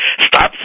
Stop